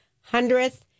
hundredth